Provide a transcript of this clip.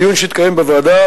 הדיון שהתקיים בוועדה,